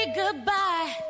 goodbye